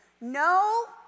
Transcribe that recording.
No